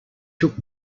took